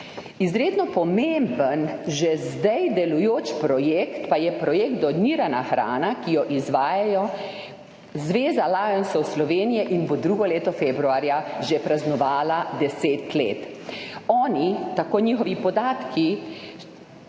Izredno pomemben že zdaj delujoč projekt pa je projekt Donirana hrana, ki jo izvaja Zveza lions klubov Slovenije in bo drugo leto februarja praznovala že 10 let. Njihovi podatki